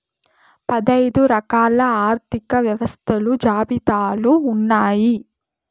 పదైదు రకాల ఆర్థిక వ్యవస్థలు జాబితాలు ఉన్నాయి